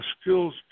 skills